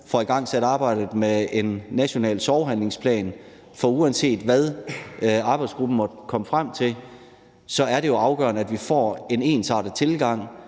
får igangsat arbejdet med en national sorghandleplan, for uanset hvad arbejdsgruppen måtte komme frem til, er det jo afgørende, at vi får en ensartet tilgang